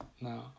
No